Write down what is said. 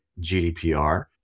GDPR